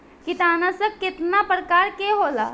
कीटनाशक केतना प्रकार के होला?